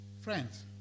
Friends